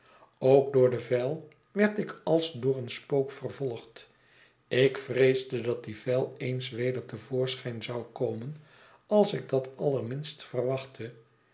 ook door de vijl werd ik als door een spook vervolgd ik vreesde dat die vijl eens weder te voorschijn zou komen als ik dat allevminst verwachtte